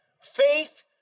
faith